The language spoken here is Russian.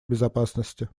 безопасности